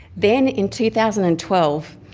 then in two thousand and twelve,